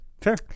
fair